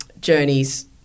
journeys